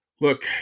Look